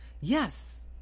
Yes